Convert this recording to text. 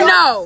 no